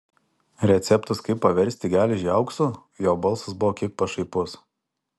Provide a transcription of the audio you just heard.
receptas kaip paversti geležį auksu jo balsas buvo kiek pašaipus